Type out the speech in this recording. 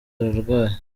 ararwaye